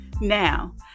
Now